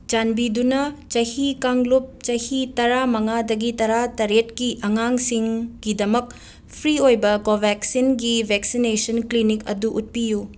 ꯆꯥꯟꯕꯤꯗꯨꯅ ꯆꯍꯤ ꯀꯥꯡꯂꯨꯞ ꯆꯍꯤ ꯇꯔꯥꯃꯉꯥꯗꯒꯤ ꯇꯔꯥꯇꯔꯦꯠꯀꯤ ꯑꯉꯥꯡꯁꯤꯡꯒꯤꯗꯃꯛ ꯐ꯭ꯔꯤ ꯑꯣꯏꯕ ꯀꯣꯕꯦꯛꯁꯤꯟꯒꯤ ꯕꯦꯛꯁꯤꯅꯦꯁꯟ ꯀ꯭ꯂꯤꯅꯤꯛ ꯑꯗꯨ ꯎꯠꯄꯤꯌꯨ